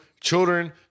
children